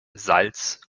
salz